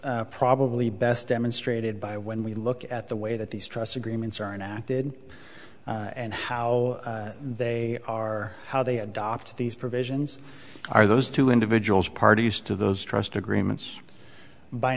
probably best demonstrated by when we look at the way that these trusts agreements are in acted and how they are how they adopt these provisions are those two individuals parties to those trust agreements by